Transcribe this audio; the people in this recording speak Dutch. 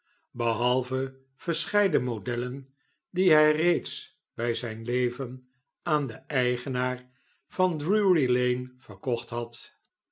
behalve verscheiden modellen die hij reeds bij zijn leven aan den eigenaar van drury-lane verkocht had